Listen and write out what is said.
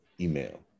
email